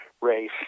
race